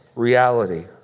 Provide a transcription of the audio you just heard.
reality